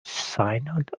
synod